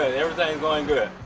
ah your day going? good,